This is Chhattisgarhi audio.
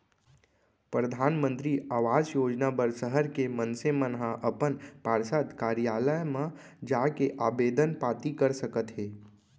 परधानमंतरी आवास योजना बर सहर के मनसे मन ह अपन पार्षद कारयालय म जाके आबेदन पाती कर सकत हे